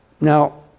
Now